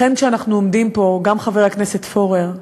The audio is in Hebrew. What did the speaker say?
לכן, כשאנחנו עומדים פה, גם חבר הכנסת פורר,